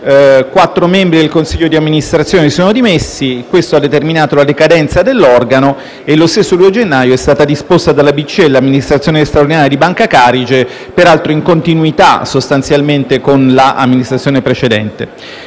quattro membri del consiglio di amministrazione si sono dimessi e questo ha determinato la decadenza dell'organo. Lo stesso 2 gennaio è stata disposta dalla BCE l'amministrazione straordinaria di Banca Carige, peraltro in continuità sostanziale con l' amministrazione precedente.